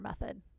method